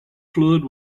fluid